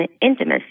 intimacy